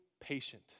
patient